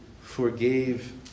forgave